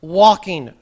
walking